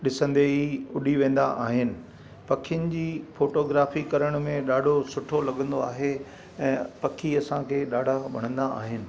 ॾिसंदे ई उॾी वेंदा आहिनि पखियुनि जी फोटोग्राफी करण में ॾाढो सुठो लॻंदो आहे ऐं पखी असांखे ॾाढा वणंदा आहिनि